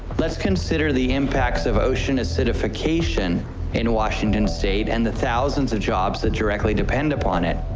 let's consider the impacts of ocean acidification in washington state and the thousands of jobs that directly depend upon it.